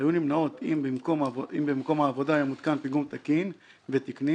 היו נמנעות אם במקום העבודה היה מותקן פיגום תקין ותקני